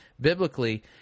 biblically